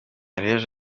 areruya